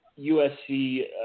USC